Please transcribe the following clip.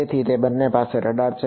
તેથી તે બંને પાસે રડાર છે